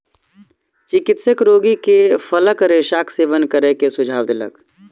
चिकित्सक रोगी के फलक रेशाक सेवन करै के सुझाव देलक